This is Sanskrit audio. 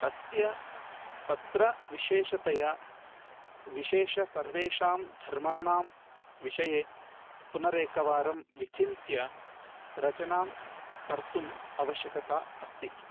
तस्य तत्र विशेषतया विशेष सर्वेषां धर्माणां विषये पुनरेकवारं विचिन्त्य रचनां कर्तुम् आवश्यकता अस्ति